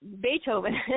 Beethoven